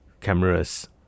Cameras